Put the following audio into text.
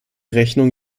rechnung